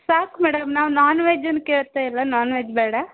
ಸಾಕು ಮೇಡಮ್ ನಾವು ನಾನ್ವೆಜ್ಜನ್ನು ಕೇಳ್ತ ಇಲ್ಲ ನಾನ್ವೆಜ್ ಬೇಡ